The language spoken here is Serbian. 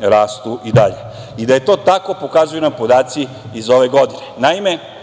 rastu i dalje. I da je to tako pokazuju nam podaci iz ove godine. Naime,